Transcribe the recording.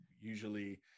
usually